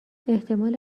احتمال